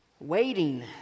waiting